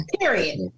Period